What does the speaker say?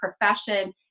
profession